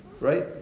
right